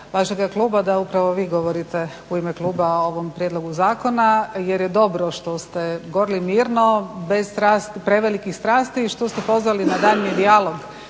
vašega kluba da upravo vi govorite u ime kluba o ovom prijedlogu zakona jer je dobro što ste govorili mirno, bez prevelikih strasti i što ste pozvali na daljnji dijalog